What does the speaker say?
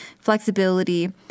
flexibility